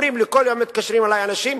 אומרים לי, כל יום מתקשרים אלי אנשים,